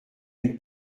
une